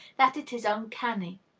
that it is uncanny.